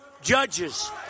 judges